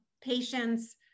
patients